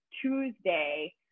Tuesday